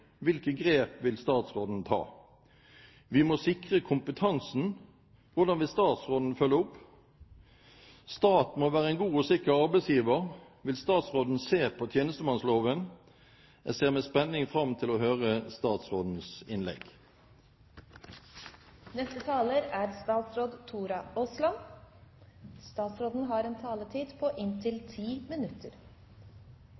Hvilke grep vil statsråden ta? Vi må sikre kompetansen. Hvordan vil statsråden følge opp? Staten må være en god og sikker arbeidsgiver. Vil statsråden se på tjenestemannsloven? Jeg ser med spenning fram til å høre statsrådens